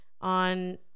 on